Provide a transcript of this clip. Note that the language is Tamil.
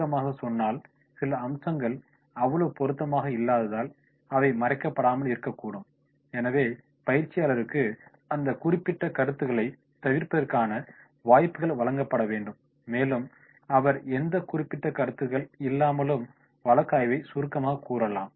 சுருக்கமாகச் சொன்னால் சில அம்சங்கள் அவ்வளவு பொருத்தமாக இல்லாததால் அவை மறைக்கப்படாமல் இருக்கக்கூடும் எனவே பயிற்சியாளர்களுக்கு அந்த குறிப்பிட்ட கருத்துகளை தவிர்ப்பதற்கான வாய்ப்புகள் வழங்கப்பட வேண்டும் மேலும் அவர் அந்த குறிப்பிட்ட கருத்துகள் இல்லாமலும் வழக்காய்வை சுருக்கமாகக் கூறலாம்